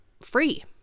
free